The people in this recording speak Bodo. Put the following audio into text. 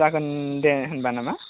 जागोन दे होम्बा नामा